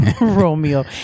Romeo